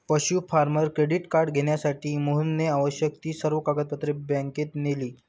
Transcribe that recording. पशु farmer credit card घेण्यासाठी मोहनने आवश्यक ती सर्व कागदपत्रे बँकेत नेली